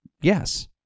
Yes